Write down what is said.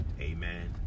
Amen